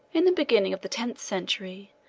in the beginning of the tenth century,